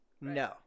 No